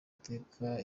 iteka